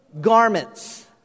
garments